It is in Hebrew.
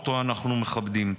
שאנחנו מכבדים.